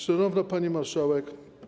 Szanowna Pani Marszałek!